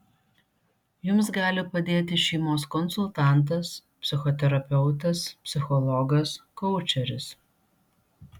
jums gali padėti šeimos konsultantas psichoterapeutas psichologas koučeris